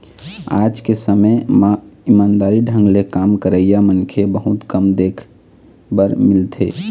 आज के समे म ईमानदारी ढंग ले काम करइया मनखे बहुत कम देख बर मिलथें